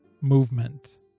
movement